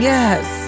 Yes